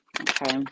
Okay